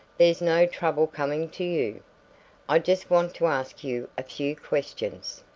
there's no trouble coming to you. i just want to ask you a few questions.